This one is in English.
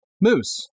Moose